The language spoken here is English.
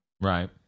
Right